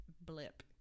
blip